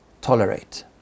tolerate